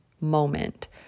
moment